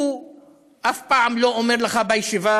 הוא אף פעם לא אומר לך בישיבה